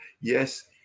yes